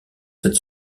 cette